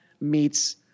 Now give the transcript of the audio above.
meets